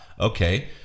Okay